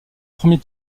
premier